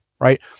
Right